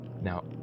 Now